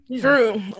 true